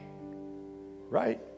right